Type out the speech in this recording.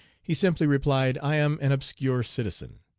he simply replied, i am an obscure citizen